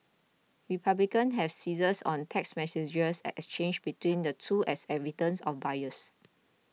republicans have seized on text messages exchanged between the two as evidence of bias